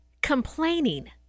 complaining